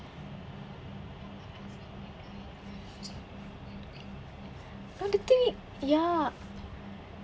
no the thing i~ ya